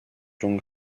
jong